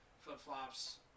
flip-flops